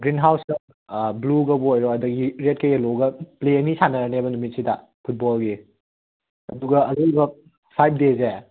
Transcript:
green ꯍꯥꯎꯁꯇ ꯕ꯭ꯂꯨꯒꯕꯨ ꯑꯣꯏꯔꯣ ꯑꯗꯒꯤ ꯔꯦꯗꯀ ꯌꯦꯜꯂꯣꯒ ꯄ꯭ꯂꯦ ꯑꯅꯤ ꯁꯥꯟꯅꯔꯅꯦꯕ ꯅꯨꯃꯤꯠꯁꯤꯗ ꯐꯨꯠꯕꯣꯜꯒꯤ ꯑꯗꯨꯒ ꯑꯔꯣꯏꯕ ꯐꯥꯏꯕ ꯗꯦꯁꯦ